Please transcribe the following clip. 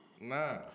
Nah